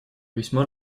весьма